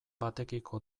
batekiko